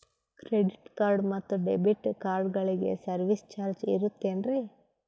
Credit card ಮತ್ತು debit ಕಾರ್ಡಗಳಿಗೆ service charge ಇರುತೇನ್ರಿ?